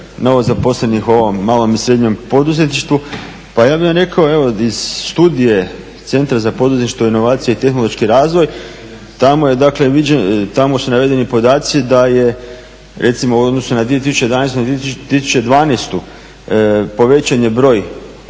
novozaposlenih u ovom malom i srednjem poduzetništvu. Pa ja bih vam rekao, evo iz studije centra za poduzetništvo, inovacije i tehnološki razvoj tamo su navedeni podaci da je recimo u odnosu na 2011., na 2012. povećan je broj